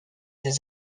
des